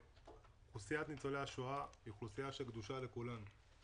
אוכלוסיית ניצולי השואה היא אוכלוסייה שקדושה לכולנו.